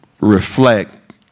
reflect